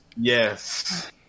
yes